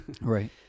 Right